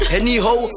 Anyhow